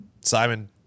Simon